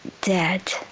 dead